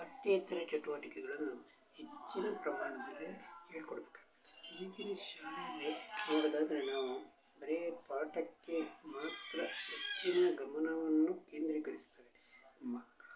ಪಠ್ಯೇತರ ಚಟುವಟಿಕೆಗಳನ್ನು ಹೆಚ್ಚಿನ ಪ್ರಮಾಣದಲ್ಲಿ ಹೇಳಿಕೊಡ್ಬೇಕಾಗ್ತದೆ ಈಗಿನ ಶಾಲೆಯಲ್ಲಿ ನೋಡೋದಾದರೆ ನಾವು ಬರೀ ಪಾಠಕ್ಕೆ ಮಾತ್ರ ಹೆಚ್ಚಿನ ಗಮನವನ್ನು ಕೇಂದ್ರೀಕರಿಸುತ್ತಾರೆ ಮಕ್ಕಳ